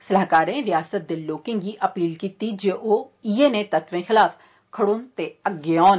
सलाहकारें रियासत दे लोकें गी अपील कीती ऐ जे ओह् इयै नेह् तत्वें खिलाफ खडौन ते अग्गै औन